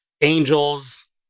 Angels